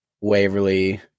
Waverly